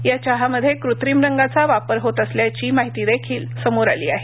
या चहामध्ये कृत्रिम रंगाचा वापर होत असल्याची माहिती देखील समोर आली आहे